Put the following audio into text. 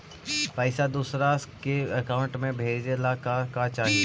पैसा दूसरा के अकाउंट में भेजे ला का का चाही?